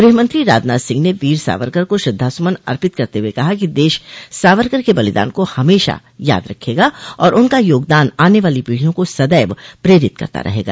गृहमंत्री राजनाथ सिंह ने वीर सावरकर को श्रद्धा सुमन अर्पित करते हुए कहा कि देश सावरकर के बलिदान को हमेशा याद रखेगा और उनका योगदान आने वाली पीढ़ियों को सदैव प्रेरित करता रहेगा